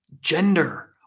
gender